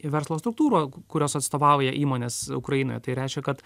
verslo struktūrų kurios atstovauja įmones ukrainoje tai reiškia kad